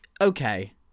Okay